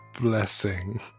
blessing